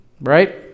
right